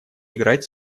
играть